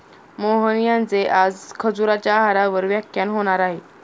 मोहन यांचे आज खजुराच्या आहारावर व्याख्यान होणार आहे